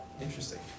Interesting